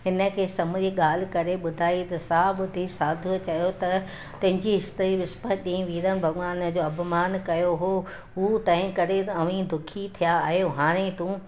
हिन खे समूरी ॻाल्हि करे ॿुधाईं त साहु ॿधी साधूअ चयो त तुंहिंजी स्त्री विस्पति ॾींहुं वीरल भॻवान जो अपमानु कयो हो हू तंहिं करे अव्हीं दुखी थिया आहियो हाणे तूं